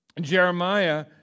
Jeremiah